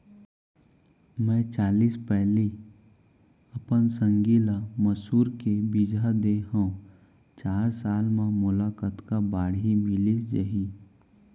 मैं चालीस पैली अपन संगी ल मसूर के बीजहा दे हव चार साल म मोला कतका बाड़ही मिलिस जाही?